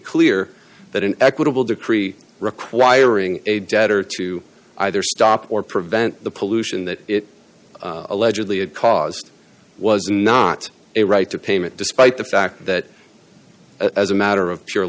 clear that an equitable decree requiring a debtor to either stop or prevent the pollution that it allegedly had caused was not a right to payment despite the fact that as a matter of